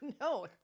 No